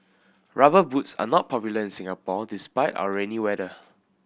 Rubber Boots are not popular in Singapore despite our rainy weather